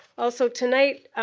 also tonight,